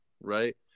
Right